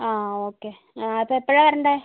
ആ ഓക്കെ ഞാനപ്പോൾ എപ്പോഴാണ് വരേണ്ടത്